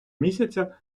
місяця